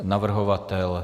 Navrhovatel?